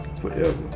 forever